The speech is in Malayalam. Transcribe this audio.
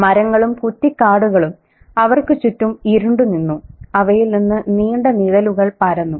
മരങ്ങളും കുറ്റിക്കാടുകളും അവർക്ക് ചുറ്റും ഇരുണ്ടു നിന്നു അവയിൽ നിന്ന് നീണ്ട നിഴലുകൾ പരന്നു